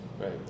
Right